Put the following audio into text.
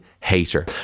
hater